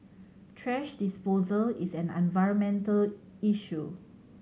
thrash disposal is an environmental issue